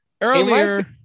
earlier